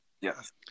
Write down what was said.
Yes